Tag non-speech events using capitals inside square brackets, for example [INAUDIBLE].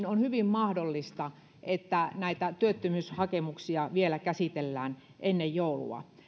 [UNINTELLIGIBLE] on hyvin mahdollista että näitä työttömyyshakemuksia käsitellään vielä ennen joulua